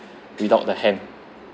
without the ham